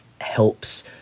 Helps